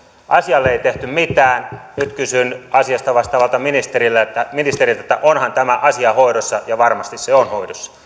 asialle ei tehty mitään nyt kysyn asiasta vastaavalta ministeriltä onhan tämä asia hoidossa varmasti se on hoidossa